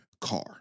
car